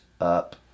up